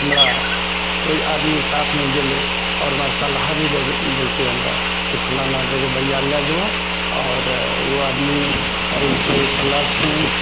हमरा कोइ आदमी साथमऽ गेलय आओर वहाँ सलाह भी देल देलकय हमरा कि फलाना जगह भैआ ले जेबह आओर ओ आदमी छै प्रहलाद सिंह